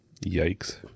Yikes